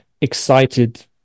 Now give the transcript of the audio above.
excited